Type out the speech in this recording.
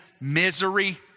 misery